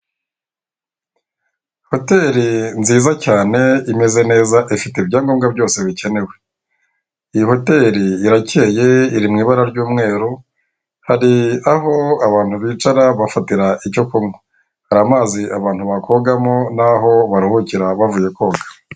Hoteri nziza cyane imeze neza ifite ibyangombwa byose bikenewe. Iyi hoteri irakeye iri mu ibara ry'mweru hari aho abantu bicara bafatira icyo kunywa, hari amazi abantu bakogamo n'aho baruhukira bavuye koga.